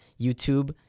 YouTube –